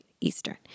Eastern